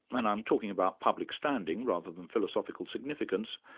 and i'm talking about public standing rather than philosophical significance,